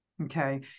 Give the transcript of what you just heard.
okay